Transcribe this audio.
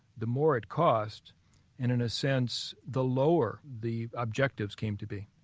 the more it cost, and in a sense, the lower the objectives came to be.